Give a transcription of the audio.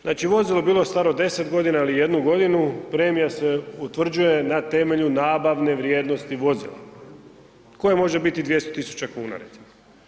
Znači vozilo bilo staro 10 godina ili 1 godinu premija se utvrđuje na temelju nabavne vrijednosti vozila koje može biti 200.000 kuna recimo.